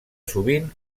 sovint